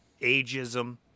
ageism